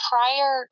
Prior